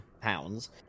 pounds